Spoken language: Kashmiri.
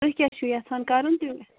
تُہۍ کیٛاہ چھُو یَژھان کَرُن تہِ